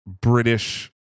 British